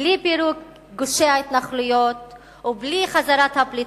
ובלי פירוק גושי ההתנחלויות ובלי חזרת הפליטים,